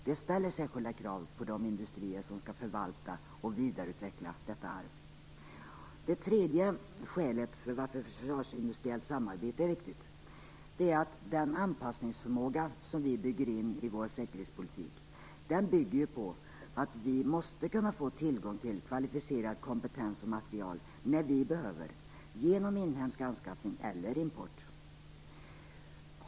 Det ställer särskilda krav på de industrier som skall förvalta och vidareutveckla detta arv. Ett tredje skäl till att försvarsindustriellt samarbete är viktigt är att den anpassningsförmåga som vi eftersträvar i vår säkerhetspolitik bygger på att vi måste kunna få tillgång till kvalificerad kompetens och material när vi behöver - genom inhemsk anskaffning eller import.